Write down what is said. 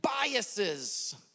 biases